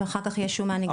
ואחר כך יש שומה נגדית,